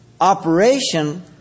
operation